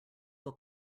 will